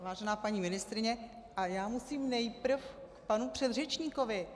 Vážená paní ministryně, já musím nejprve k panu předřečníkovi.